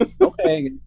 Okay